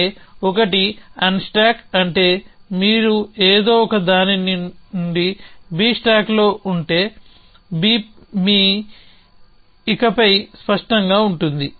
అంటే ఒకటి అన్స్టాక్ అంటే మీరు ఏదో ఒకదాని నుండి B స్టాక్లో ఉంటే B మీ ఇకపై స్పష్టంగా ఉంటుంది